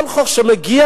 כל חוק שמגיע,